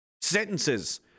sentences